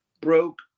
broke